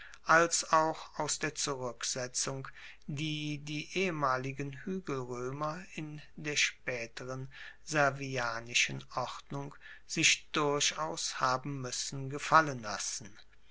als auch aus der zuruecksetzung die die ehemaligen huegelroemer in der spaeteren servianischen ordnung sich durchaus haben muessen gefallen lassen